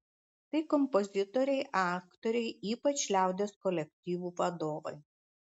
tai kompozitoriai aktoriai ypač liaudies kolektyvų vadovai